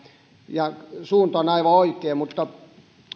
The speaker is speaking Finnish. ja suunta on aivan oikea mutta